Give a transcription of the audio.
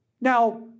Now